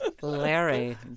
Larry